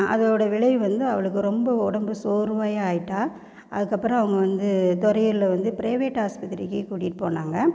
அதோட விளைவு வந்து அவளுக்கு ரொம்ப உடம்பு சோர்வாயே ஆயிட்டா அதற்கப்பறோம் அவங்க வந்து தொரையூரில் வந்து ப்ரைவேட் ஆஸ்பத்திரிக்கு கூட்டிகிட்டு போனாங்க